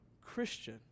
Christian